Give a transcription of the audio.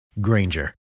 Granger